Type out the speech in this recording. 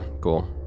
cool